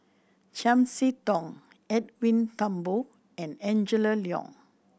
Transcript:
Chiam See Tong Edwin Thumboo and Angela Liong